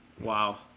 Wow